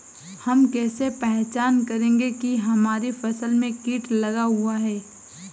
हम कैसे पहचान करेंगे की हमारी फसल में कीट लगा हुआ है?